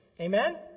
Amen